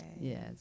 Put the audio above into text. Yes